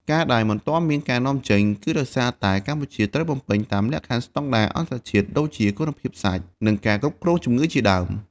ការដែលមិនទាន់មានការនាំចេញ គឺដោយសារតែកម្ពុជាត្រូវបំពេញតាមលក្ខខណ្ឌស្តង់ដារអន្តរជាតិ ដូចជាគុណភាពសាច់ និងការគ្រប់គ្រងជម្ងឺជាដើម។